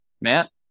Matt